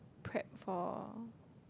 prep for